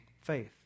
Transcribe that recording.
faith